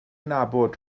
nabod